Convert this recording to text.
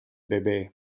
bebe